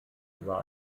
über